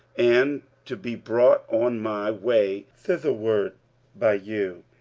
and to be brought on my way thitherward by you,